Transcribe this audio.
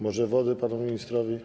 Może wody panu ministrowi?